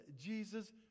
Jesus